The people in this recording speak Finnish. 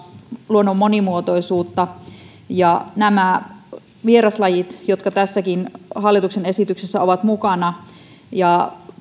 luonnon monimuotoisuutta ja nämä vieraslajit jotka tässäkin hallituksen esityksessä ovat mukana ja